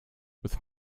with